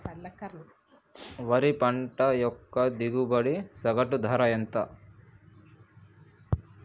వరి పంట యొక్క దిగుబడి సగటు ధర ఎంత?